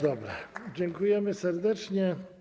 Dziękujemy serdecznie.